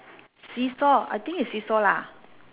seesaw I think it's seesaw lah